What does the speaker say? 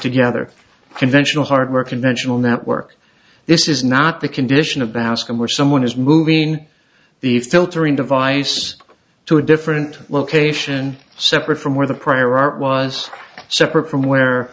together conventional hardware conventional network this is not the condition of the house and where someone is moving the filtering device to a different location separate from where the prior art was separate from where